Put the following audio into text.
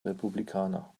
republikaner